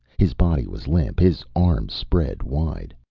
his body was limp, his arms spread wide.